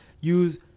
Use